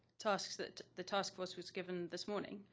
tasks that the task force was given this morning,